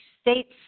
states